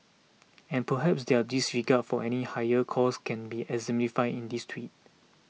and perhaps their disregard for any higher cause can be exemplified in this Tweet